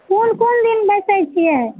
कोन कोन दिन बैसै छियै